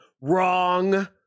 wrong